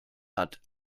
hat